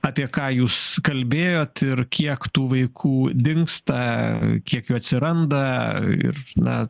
apie ką jūs kalbėjot ir kiek tų vaikų dingsta kiek jų atsiranda ir na